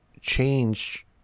change